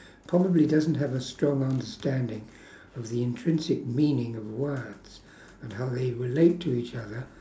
probably doesn't have a strong understanding of the intrinsic meaning of words and how they relate to each other